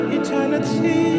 eternity